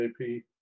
JP